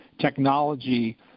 technology